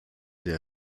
der